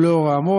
ולאור האמור,